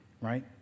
right